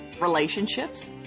relationships